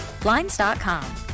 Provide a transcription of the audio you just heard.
Blinds.com